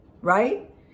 right